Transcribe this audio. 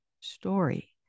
story